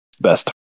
Best